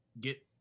get –